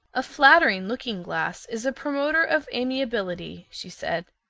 a flattering looking glass is a promoter of amiability, she said.